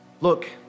Look